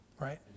Right